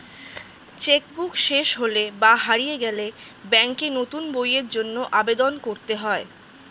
check book শেষ হলে বা হারিয়ে গেলে ব্যাঙ্কে নতুন বইয়ের জন্য আবেদন করতে হয়